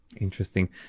interesting